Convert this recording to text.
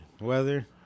weather